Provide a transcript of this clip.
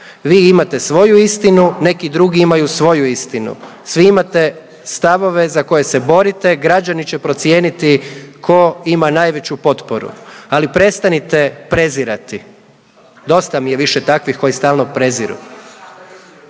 vi imate svoju istinu, neki drugi imaju svoju istinu svi imate stavove za koje se borite, građani će procijeniti tko ima najveću potporu. Ali prestanite prezirati, dosta mi je više takvih koji stalno preziru.